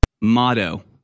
motto